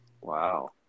Wow